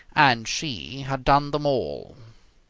and she had done them all.